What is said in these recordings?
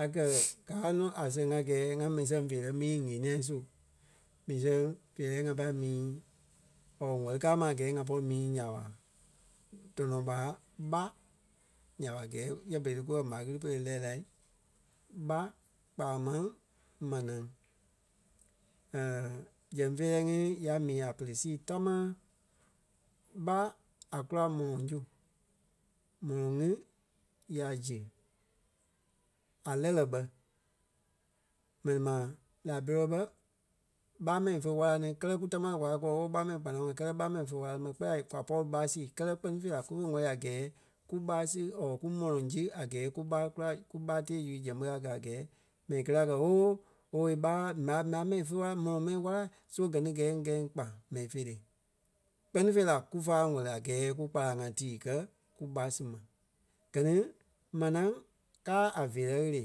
A kɛ̀ káa nɔ a sɛŋ a gɛɛ ŋa mii sɛŋ feerɛ mii ɣeniɛ su. Mii sɛŋ gɛɛ ŋa pâi mii or ŋwɛ́li kàa ma a gɛɛ ŋa pɔri mii nya ɓa dɔnɔ ɓa: ɓá nya ɓa gɛɛ yɛ berei tí kú kɛ m̀á ɣili pere lɛ́ lai. ɓá kpaa máŋ manaa zɛŋ feerɛ ŋí ya mii a pere sii támaa. ɓá a kula mɔlɔŋ su. Mɔlɔŋ ŋí ya zi a lɛ́lɛ bɛ mɛni ma Liberia bɛ ɓá mɛni fe wála ní kɛlɛ kú tamaa kwa lí kúwɔ ooo ɓá mɛni kpanaŋɔɔ kɛlɛ ɓa mɛni fe wála ní bɛ kpɛɛ la kwa pɔri ɓá si kɛlɛ kpɛ́ni fêi la kú fe wɛ́lii a gɛɛ kú ɓá si kú mɔlɔŋ si a gɛɛ kú ɓá kula kú ɓá tée zu zɛŋ ɓé a gaa a gɛɛ mɛni kélee a kɛ̀ oooo owei ɓáa m̀á- m̀á mɛni fe a mɔlɔŋ mɛni wála so gɛ ni gɛɛ ŋí gɛɛ ŋí kpa mɛni feerɛi. Kpɛ́ni fêi la kúfa wɛ́lii a gɛɛ kú kpálaŋ tíi kɛ̀ kú ɓá si ma. Gɛ ni manaa káa a feerɛi ɣele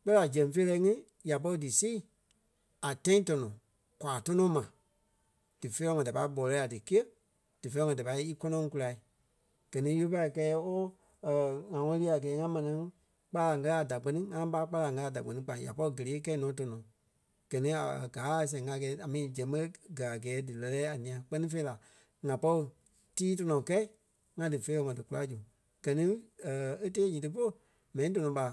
kpɛɛ la zɛŋ feerɛi ŋí ya pɔri dí si a tãi tɔnɔ kwaa tɔnɔ ma. Dífeerɛ ŋɔɔ da pai ɓɔlɛɛ̂i a díkîa. Dífeerɛ ŋɔɔ da pai í kɔnɔŋ kula. Gɛ ni ífe pâi kɛɛ yɛ ooo or ŋa ŋɔnɔ lii a gɛɛ ŋa manaa kpálaŋ kɛ̀ a da kpɛ́ni ŋa ɓá kpálaŋ kɛ̀ a da kpɛ́ni kpa ya pɔ̂ri kélee kɛi nɔ tɔnɔ. Gɛ ni aaa gaa a sɛŋ a gɛɛ a mi zɛŋ ɓé gaa a gɛɛ dí lɛ́lɛ a ńîa kpɛ́ni fêi la ŋa pɔri tii tɔnɔ kɛi ŋa dífeerɛ ŋɔɔ díkula zu. Gɛ ni é tée nyíti polu mɛni dɔnɔ ɓa